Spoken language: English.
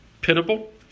pitiable